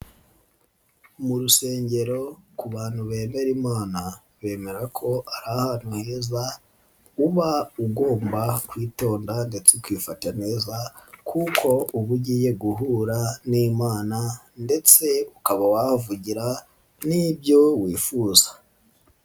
Mu rusengero ku bantu bemera Imana bemera ko ari ahantu heza uba ugomba kwitonda ndetse ukifata neza kuko uba ugiye guhura n'Imana ndetse ukaba wahavugira n'ibyo wifuza.